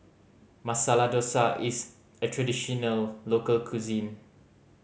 Masala Dosa is a traditional local cuisine